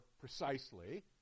precisely